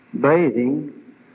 bathing